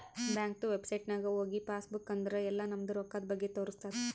ಬ್ಯಾಂಕ್ದು ವೆಬ್ಸೈಟ್ ನಾಗ್ ಹೋಗಿ ಪಾಸ್ ಬುಕ್ ಅಂದುರ್ ಎಲ್ಲಾ ನಮ್ದು ರೊಕ್ಕಾದ್ ಬಗ್ಗೆ ತೋರಸ್ತುದ್